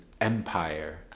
empire